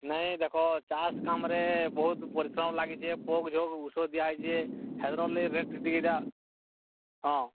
ନାଇଁ ଦେଖ୍ ଚାଷ୍ କାମରେ ବହୁତ ପରିଶ୍ରମ ଲାଗିଛି ପୋକ୍ ଜୋକ୍ ଔଷଧ ଦିଆ ହେଇଛି ହାଇଡ୍ରୋ ହଁ